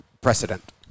precedent